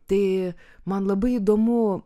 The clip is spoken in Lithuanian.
tai man labai įdomu